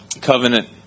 Covenant